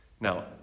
Now